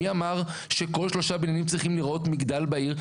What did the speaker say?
מי אמר שכל שלושה בניינים צריכים להיראות מגדל בעיר?